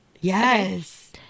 Yes